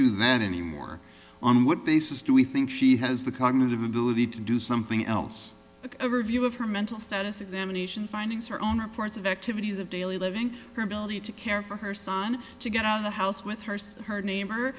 do that anymore on what basis do we think she has the cognitive ability to do something else a review of her mental status examination findings her own reports of activities of daily living her ability to care for her son to get out of the house with her her neighbor